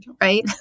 right